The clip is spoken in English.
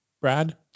Brad